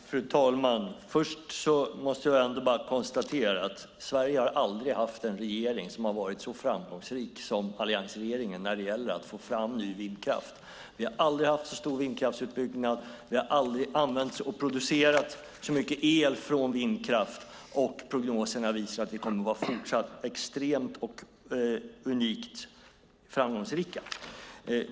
Fru talman! Först måste jag bara konstatera att Sverige aldrig har haft en regering som har varit så framgångsrik som alliansregeringen när det gäller att få fram ny vindkraft. Vi har aldrig haft så stor vindkraftsutbyggnad. Det har aldrig använts och producerats så mycket el från vindkraft. Prognoserna visar också att vi fortsatt kommer att vara extremt och unikt framgångsrika.